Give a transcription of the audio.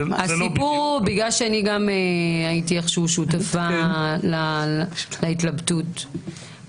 בגלל שהייתי איכשהו שותפה להתלבטות,